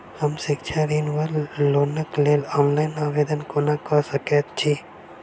हम शिक्षा ऋण वा लोनक लेल ऑनलाइन आवेदन कोना कऽ सकैत छी?